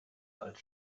als